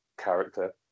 character